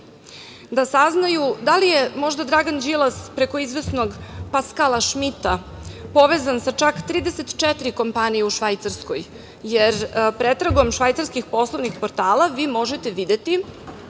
da saznaju da li je možda Dragan Đilas preko izvesnog Paskala Šmita povezan sa čak 34 kompanije u Švajcarskoj, jer pretragom švajcarskih poslovnih portala vi možete videti